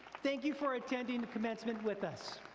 thank you for attending commencement with us.